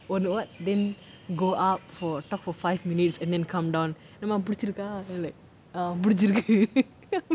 oh what then go up for talk for five minutes and then come down என்னமா புடிச்சிருக்கா:ennamaa pudichirukkaa like ah புடுச்சிருக்கு:puduchirukku